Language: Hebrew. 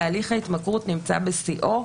תהליך ההתמכרות נמצא בשיאו.